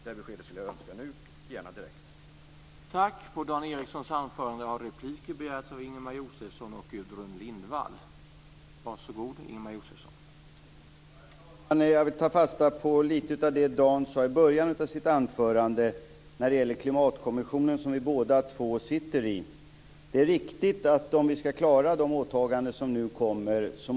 Det beskedet skulle jag önska nu, gärna direkt.